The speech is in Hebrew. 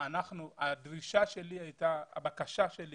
הבקשה שלי